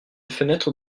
fenêtre